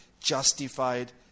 justified